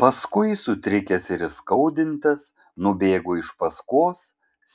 paskui sutrikęs ir įskaudintas nubėgo iš paskos